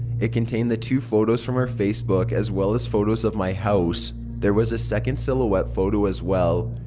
it contained the two photos from her facebook as well as photos of my house. there was a second silhouette photo as well,